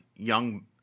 young